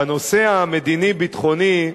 בנושא המדיני-ביטחוני,